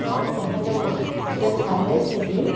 অঁ hello hotel sunrise নেকি